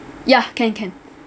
ya can can